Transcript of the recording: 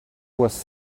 was